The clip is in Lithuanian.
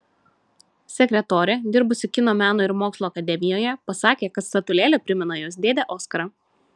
sekretorė dirbusi kino meno ir mokslo akademijoje pasakė kad statulėlė primena jos dėdę oskarą